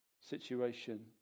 situation